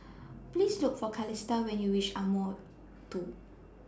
Please Look For Calista when YOU REACH Ardmore two